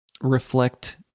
reflect